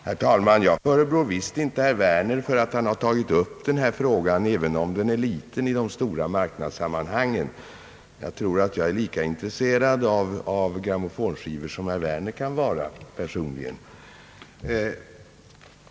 Herr talman! Jag förebrår visst inte herr Werner för att han tagit upp frågan, även om den är liten i de stora marknadssammanhangen — jag tror att jag personligen är lika intresserad av grammofonskivor som herr Werner kan vara.